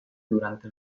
durante